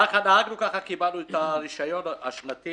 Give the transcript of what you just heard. ככה נהגנו וככה קיבלנו את הרישיון השנתי